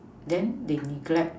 then they neglect